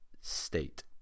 state